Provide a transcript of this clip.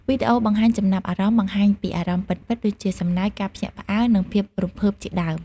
វីដេអូបង្ហាញចំណាប់អារម្មណ៍ បង្ហាញពីអារម្មណ៍ពិតៗ ដូចជាសំណើច ការភ្ញាក់ផ្អើល និងភាពរំភើបជាដើម។